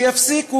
שיפסיקו.